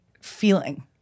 feeling